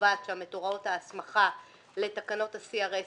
שקובעת שם את הוראות ההסמכה לתקנות ה-CRS